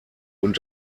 und